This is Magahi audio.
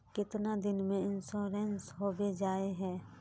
कीतना दिन में इंश्योरेंस होबे जाए है?